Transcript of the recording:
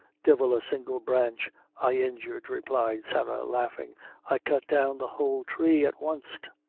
divil a single branch i injured, replied sarah, laughing i cut down the whole tree at wanst.